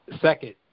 second